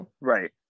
Right